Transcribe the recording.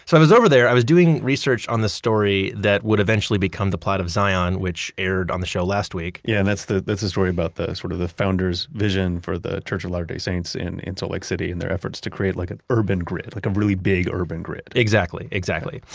so i was over there, i was doing research on the story that would eventually become the plat of zion, which aired on the show last week yes, yeah and that's the that's the story about the sort of the founder's vision for the church of latter-day saints in in salt lake city, and their efforts to create like an urban grid. like a really big urban grid exactly, exactly.